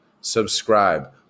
subscribe